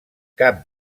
cap